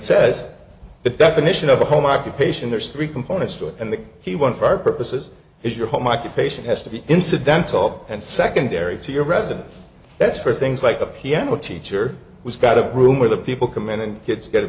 says the definition of a home occupation there's three components to it and that he one for our purposes is your home i q patient has to be incidental and secondary to your residence that's for things like a piano teacher who's got a room where the people come in and kids get a